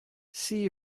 see